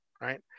Right